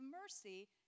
mercy